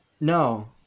No